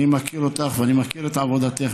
אני מכיר אותך ואני מכיר את עבודתך,